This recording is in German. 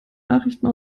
nachrichten